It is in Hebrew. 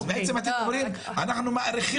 אז בעצם אתם מדברים אנחנו מאריכים.